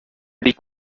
les